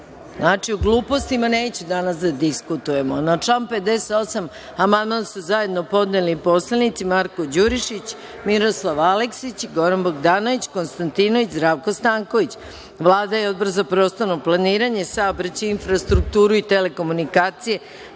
Znači, o glupostima neću danas da diskutujemo. Na član 58. amandmana su zajedno podneli poslanici Marko Đurišić, Miroslav Aleksić, Goran Bogdanović, Nenad Konstantinović, Zdravko Stanković. Vlada i Odbor za prostorno planiranje, saobraćaj, infrastrukturu i telekomunikacije,